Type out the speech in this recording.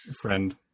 Friend